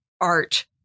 art